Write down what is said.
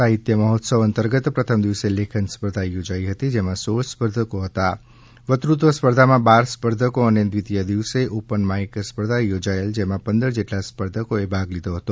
સાહિત્ય મહોત્સવ અંતર્ગત પ્રથમ દિવસે લેખન સ્પર્ધા યોજાઈ હતી જેમાં સોળ સ્પર્ધકો હતા વક્તૃત્વ સ્પર્ધામાં બાર સ્પર્ધકો અને દ્વિતીય દિવસે ઓપન માઈક સ્પર્ધા યોજાયેલ જેમાં પંદર જેટલા સ્પર્ધકોએ ભાગ લીધો હતો